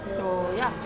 so ya